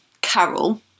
Carol